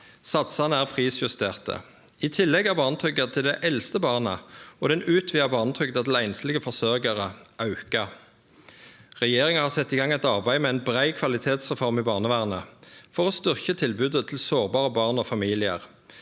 Satsane er prisjusterte. I tillegg er barnetrygda til dei eldste barna og den utvida barnetrygda til einslege forsørgjarar auka. Regjeringa har sett i gang eit arbeid med ei brei kvalitetsreform i barnevernet for å styrkje tilbodet til sårbare barn og familiar.